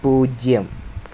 പൂജ്യം